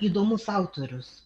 įdomus autorius